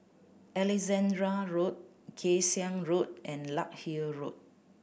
Alexandra Road Kay Siang Road and Larkhill Road